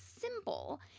simple